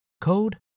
code